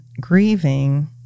grieving